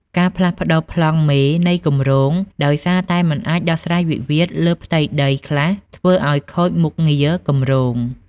ការផ្លាស់ប្តូរប្លង់មេនៃគម្រោងដោយសារតែមិនអាចដោះស្រាយវិវាទលើផ្ទៃដីខ្លះ ធ្វើឱ្យខូចមុខងារគម្រោង។